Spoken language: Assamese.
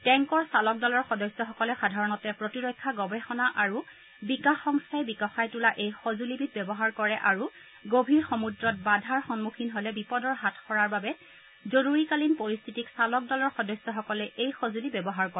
টেংকৰ চালক দলৰ সদস্যসকলে সাধাৰণতে প্ৰতিৰক্ষা গৱেষণা আৰু বিকাশ সংস্থাই বিকশাই তোলা এই সজুঁলিবিধ ব্যৱহাৰ কৰে আৰু গভীৰ সমূদ্ৰত বাধাৰ সন্মুখীন হ'লে বিপদৰ হাত সৰাৰ বাবে জৰুৰীকালীন পৰিস্থিতিত চালক দলৰ সদস্যসকলে এই সজুঁলি ব্যৱহাৰ কৰে